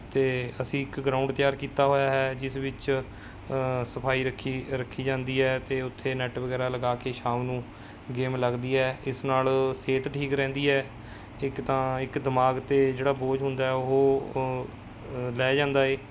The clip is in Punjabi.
ਅਤੇ ਅਸੀਂ ਇੱਕ ਗਰਾਊਂਡ ਤਿਆਰ ਕੀਤਾ ਹੋਇਆ ਹੈ ਜਿਸ ਵਿੱਚ ਸਫਾਈ ਰੱਖੀ ਰੱਖੀ ਜਾਂਦੀ ਹੈ ਅਤੇ ਉੱਥੇ ਨੈੱਟ ਵਗੈਰਾ ਲਗਾ ਕੇ ਸ਼ਾਮ ਨੂੰ ਗੇਮ ਲੱਗਦੀ ਹੈ ਇਸ ਨਾਲ ਸਿਹਤ ਠੀਕ ਰਹਿੰਦੀ ਹੈ ਇੱਕ ਤਾਂ ਇੱਕ ਦਿਮਾਗ 'ਤੇ ਜਿਹੜਾ ਬੋਝ ਹੁੰਦਾ ਹੈ ਉਹ ਲਹਿ ਜਾਂਦਾ ਏ